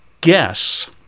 guess